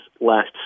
last